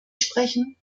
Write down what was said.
sprechen